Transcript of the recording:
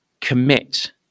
Commit